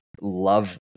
love